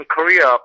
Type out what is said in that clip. Korea